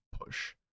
push